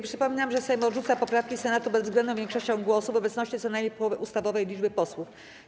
Przypominam, że Sejm odrzuca poprawki Senatu bezwzględną większością głosów w obecności co najmniej połowy ustawowej liczby posłów.